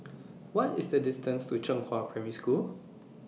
What IS The distance to Zhenghua Primary School